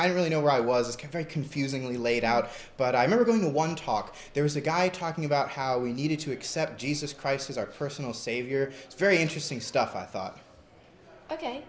i really know where i was kerry confusingly laid out but i'm never going to one talk there was a guy talking about how we needed to accept jesus christ as our personal savior very interesting stuff i thought ok